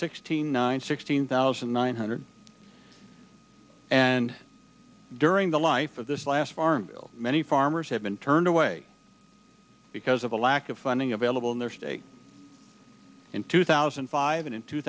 sixteen nine sixteen thousand nine hundred and during the life of this last farm bill many farmers have been turned away because of a lack of funding available in their state in two thousand and five and